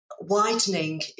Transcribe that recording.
widening